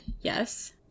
yes